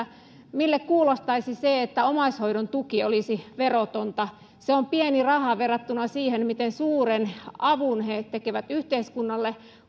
mille kuulostaisi se että omaishoidon tuki olisi verotonta se on pieni raha verrattuna siihen miten suuren avun he tekevät yhteiskunnalle niin